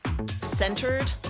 Centered